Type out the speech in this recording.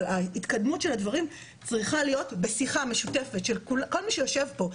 ההתקדמות של הדברים צריכה להיות בשיחה משותפת של כל מי שיושב פה,